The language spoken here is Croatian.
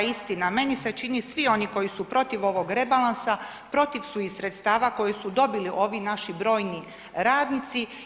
Pa istina, meni se čini svi oni koji su proti ovog rebalansa, protiv su i sredstava koji su dobili ovi naši brojni radnici.